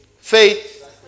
faith